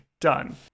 Done